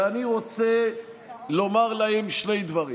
ואני רוצה לומר להם שני דברים: